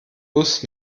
bus